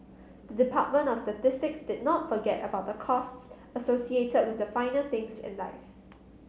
the Department of Statistics did not forget about the costs associated with the finer things in life